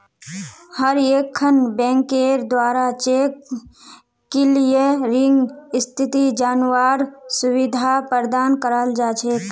हर एकखन बैंकेर द्वारा चेक क्लियरिंग स्थिति जनवार सुविधा प्रदान कराल जा छेक